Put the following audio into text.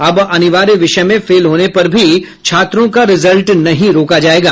अब अनिवार्य विषय में फेल होने पर भी छात्रों का रिजल्ट नहीं रोका जायेगा